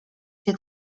się